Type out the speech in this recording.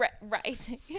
right